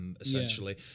essentially